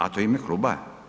A to je u ime kluba?